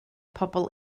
pobl